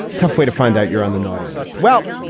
tough way to find out you're on the naughty list well,